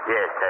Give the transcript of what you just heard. Yes